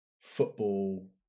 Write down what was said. football